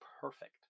perfect